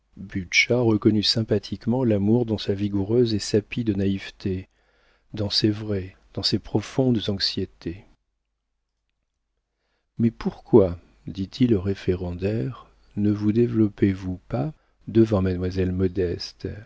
reconnut sympathiquement l'amour dans sa vigoureuse et sapide naïveté dans ses vraies dans ses profondes anxiétés mais pourquoi dit-il au référendaire ne vous développez vous pas devant mademoiselle